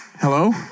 Hello